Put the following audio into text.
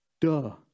Duh